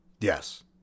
Yes